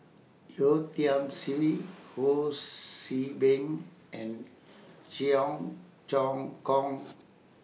Yeo Tiam Siew Ho See Beng and Cheong Choong Kong